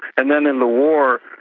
and then in the war,